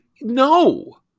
No